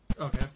Okay